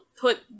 put